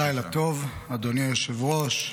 לילה טוב, אדוני היושב-ראש.